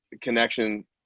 connection